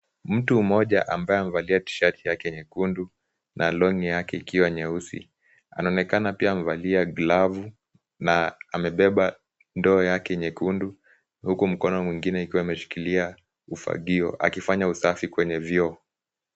Mtu mmoja ambaye amevalia t-shirt yake nyekundu, na long'i yake ikiwa nyeusi. Anaonekana pia amevalia glavu na amebeba ndoo yake nyekundu huku mkono ingine ukiwa umeshikilia ufagio akifanya usafi kwenye vyoo.